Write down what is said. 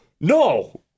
no